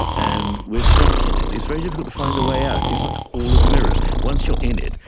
and we are stuck in it. it's very difficult to find a way out. it's like a hall of mirrors once you're in it,